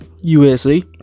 USA